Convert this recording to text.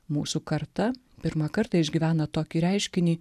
mūsų karta pirmą kartą išgyvena tokį reiškinį